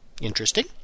Interesting